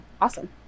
awesome